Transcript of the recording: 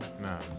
Nah